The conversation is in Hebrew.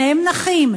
שניהם נכים,